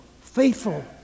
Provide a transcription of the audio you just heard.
faithful